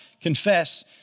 confess